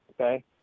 okay